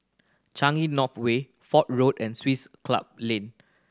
Changi North Way Fort Road and Swiss Club Lane